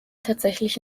tatsächlich